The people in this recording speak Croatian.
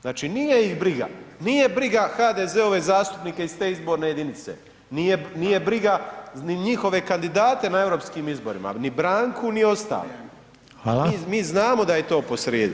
Znači, nije ih briga, nije briga HDZ-ove zastupnike iz te izborne jedinice, nije briga ni njihove kandidate na Europskim izborima, ni Branku, ni ostale [[Upadica: Hvala]] mi znamo da je to posrijedi.